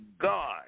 God